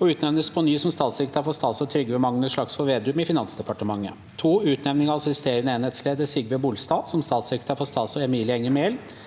og utnevnes på ny som statssekretær for statsråd Trygve Magnus Slagsvold Vedum i Finansdepartementet. 2. Utnevning av assisterende enhetsleder Sigve Bolstad som statssekretær for statsråd Emilie Enger